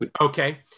Okay